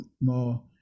more